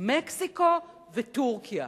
מקסיקו וטורקיה,